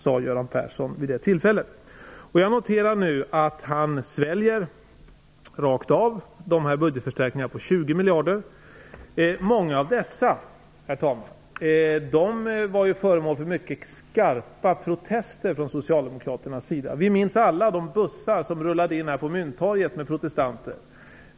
Jag noterar nu att han nu rakt av sväljer dessa budgetförstärkningar på 20 miljarder. Många av dessa var föremål för mycket skarpa protester från socialdemokraternas sida. Vi minns alla de bussar som rullade in på Mynttorget med protesterande.